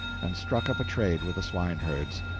and struck up a trade with the swine-herds.